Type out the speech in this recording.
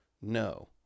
no